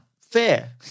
fair